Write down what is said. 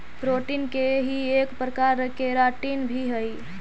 protein के ही एक प्रकार केराटिन भी हई